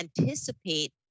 anticipate